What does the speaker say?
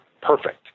perfect